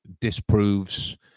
disproves